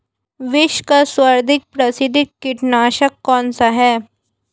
विश्व का सर्वाधिक प्रसिद्ध कीटनाशक कौन सा है?